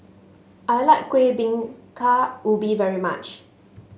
I like Kuih Bingka Ubi very much